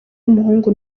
w’umuhungu